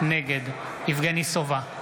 נגד יבגני סובה,